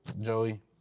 Joey